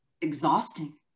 exhausting